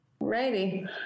Righty